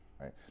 right